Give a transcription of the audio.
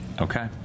Okay